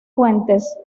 fuentes